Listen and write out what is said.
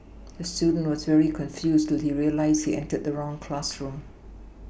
the student was very confused he realised he entered the wrong classroom